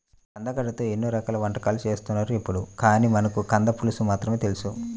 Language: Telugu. కందగడ్డతో ఎన్నో రకాల వంటకాలు చేత్తన్నారు ఇప్పుడు, కానీ మనకు కంద పులుసు మాత్రమే తెలుసు